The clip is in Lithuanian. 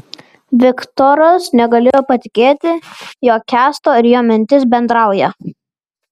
viktoras negalėjo patikėti jog kęsto ir jo mintys bendrauja